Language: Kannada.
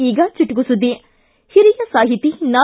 ಈಗ ಚುಟುಕು ಸುದ್ದಿ ಹಿರಿಯ ಸಾಹಿತಿ ನಾ